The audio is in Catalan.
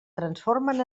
transformen